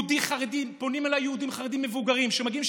פונים אליי יהודים חרדים מבוגרים שמגיעים,